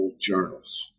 journals